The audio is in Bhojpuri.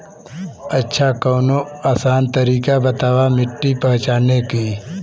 अच्छा कवनो आसान तरीका बतावा मिट्टी पहचाने की?